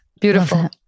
Beautiful